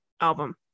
album